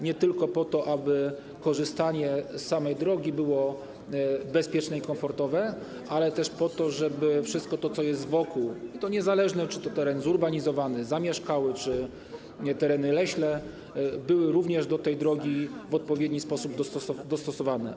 Nie tylko po to, żeby korzystanie z samej drogi było bezpieczne i komfortowe, ale też po to, żeby wszystko to, co jest wokół - i to niezależnie od tego, czy to teren zurbanizowany, zamieszkały czy tereny leśne - było również do tej drogi w odpowiedni sposób dostosowane.